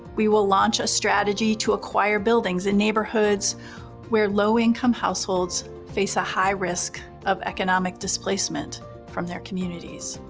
we will launch a strategy to acquire buildings in neighborhoods where low-income households face a high risk of economic displacement from their communities.